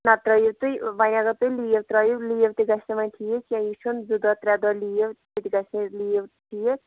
نتہٕ ترٛٲوِو تُہۍ وۅنۍ اگر تُہۍ لیٖو ترٛٲوِو لیٖو تہِ گژھِ نہٕ وۄنۍ ٹھیٖک کیٚنٛہہ یہِ چھُنہٕ زٕ دۄہ ترٛےٚ دۄہ لیٖو تہِ تہِ گژھِ نہٕ لیٖو ٹھیٖک